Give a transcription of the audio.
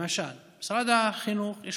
למשל, למשרד החינוך יש